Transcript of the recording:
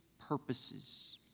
purposes